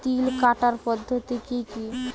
তিল কাটার পদ্ধতি কি কি?